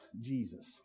Jesus